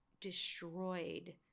destroyed